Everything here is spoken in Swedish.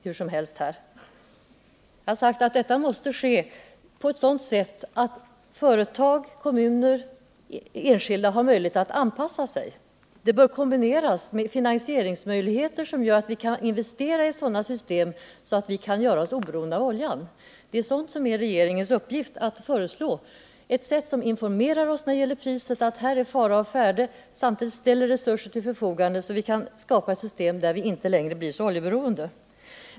Jag har sagt att detta måste ske på sådant sätt att företag, kommuner och enskilda har möjlighet att anpassa sig. Det bör kombineras med finansieringsmöjligheter för investeringar i sådana system som kan göra oss oberoende av oljan. Det är regeringens uppgift att informera oss om att det är fara å färde när det gäller priserna och ställa resurser till förfogande för att skapa ett system som minskar vårt oljeberoende.